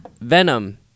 Venom